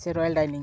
ᱥᱮ royal dining